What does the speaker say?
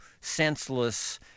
senseless